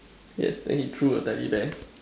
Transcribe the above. yes then he threw the teddy bear